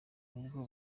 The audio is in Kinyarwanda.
n’ubwo